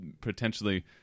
potentially